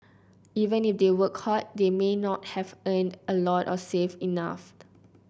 even if they worked hard they may not have earned a lot or saved enough